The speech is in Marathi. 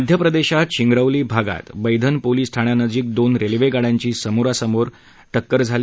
मध्य प्रदेशात शिंगरोली भागात बैधन पोलीस ठाण्यानजीक दोन रेल्वे गाड्यांची समोरासमोर येऊन टक्कर झाली